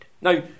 Now